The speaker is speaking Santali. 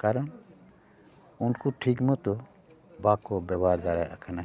ᱠᱟᱨᱚᱱ ᱩᱱᱠᱩ ᱴᱷᱤᱠ ᱢᱚᱛᱳ ᱵᱟᱠᱚ ᱵᱮᱵᱚᱦᱟᱨ ᱫᱟᱲᱮᱭᱟᱜ ᱠᱟᱱᱟ